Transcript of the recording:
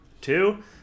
two